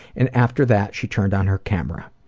and after that, she turned on her camera.